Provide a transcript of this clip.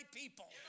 people